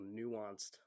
nuanced